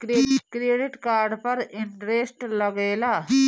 Credit card पर interest लागेला?